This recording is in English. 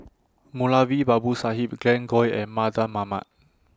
Moulavi Babu Sahib Glen Goei and Mardan Mamat